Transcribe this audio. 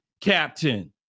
Captain